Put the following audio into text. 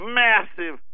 massive